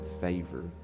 favor